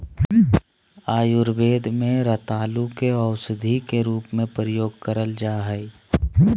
आयुर्वेद में रतालू के औषधी के रूप में प्रयोग कइल जा हइ